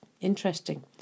Interesting